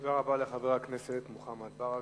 תודה רבה לחבר הכנסת מוחמד ברכה.